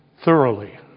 thoroughly